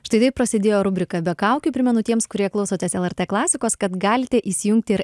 štai taip prasidėjo rubrika be kaukių primenu tiems kurie klausotės lrt klasikos kad galite įsijungti ir